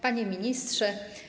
Panie Ministrze!